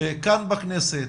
כאן בכנסת,